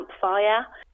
campfire